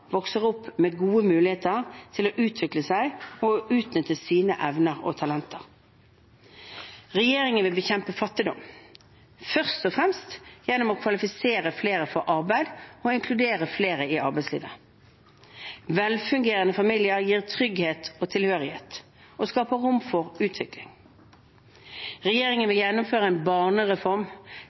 vokser opp med gode muligheter til å utvikle seg og å utnytte sine evner og talenter. Regjeringen vil bekjempe fattigdom, først og fremst gjennom å kvalifisere flere for arbeid og inkludere flere i arbeidslivet. Velfungerende familier gir trygghet og tilhørighet og skaper rom for utvikling. Regjeringen vil gjennomføre en barnereform